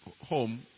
home